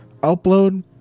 upload